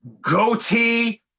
goatee